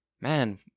man